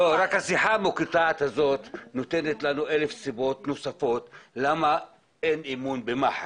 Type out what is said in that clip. רק השיחה המקוטעת הזאת נותנת לנו אלף סיבות נוספות למה אין אמון במח"ש,